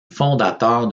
fondateur